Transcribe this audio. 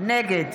נגד